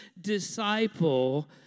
disciple